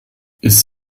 ist